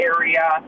area